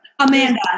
Amanda